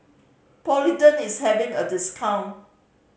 Polident is having a discount